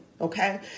okay